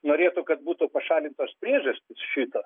norėtų kad būtų pašalintos priežastys šito